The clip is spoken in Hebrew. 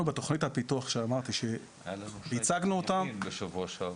אנחנו בתכנית הפיתוח, שאמרתי שייצגנו אותם,